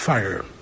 Fire